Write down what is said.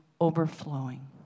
overflowing